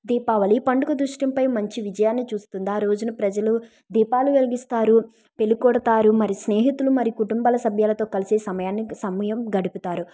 దీపావళి పండుగ దృశ్యంపై మంచి విజయాన్ని చూస్తుంది ఆ రోజు ప్రజలు దీపాలు వెలిగిస్తారు బెల్ కొడతారు మరియు స్నేహితులు మరి కుటుంబ సభ్యులతో కలిసి సమయాన్ని సమయం గడుపుతారు